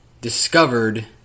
discovered